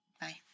Bye